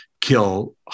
kill